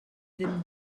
ddim